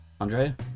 Andrea